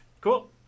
Cool